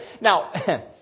Now